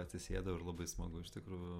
atsisėdau ir labai smagu iš tikrųjų